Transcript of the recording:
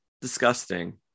disgusting